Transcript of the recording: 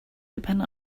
depend